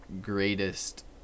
greatest